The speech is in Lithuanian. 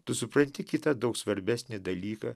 nusipirkti kitą daug svarbesnį dalyką